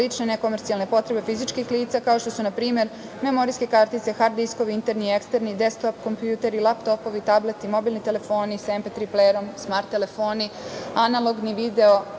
lične nekomercijalne potrebe fizičkih lica, kao što su, na primer, memorijske kartice, hard diskovi, interni i eksterni, desk-top kompjuteri, lap-topovi, tableti, mobilni telefoni sa MP3 plejerom, smart telefoni, analogni video